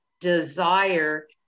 desire